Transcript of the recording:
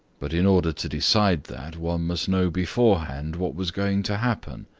but in order to decide that, one must know beforehand what was going to happen.